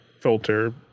filter